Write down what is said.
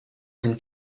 sind